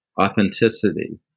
authenticity